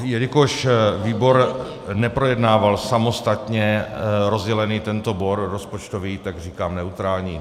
Jelikož výbor neprojednával samostatně rozdělený tento bod rozpočtový, tak říkám neutrální.